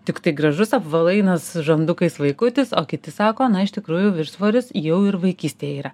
tiktai gražus apvalainas žandukais vaikutis o kiti sako na iš tikrųjų viršsvoris jau ir vaikystėje yra